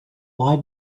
why